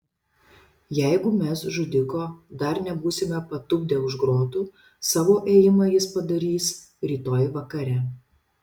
jeigu mes žudiko dar nebūsime patupdę už grotų savo ėjimą jis padarys rytoj vakare